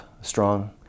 strong